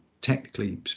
technically